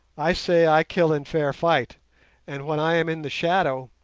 i say i kill in fair fight and when i am in the shadow,